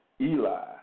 Eli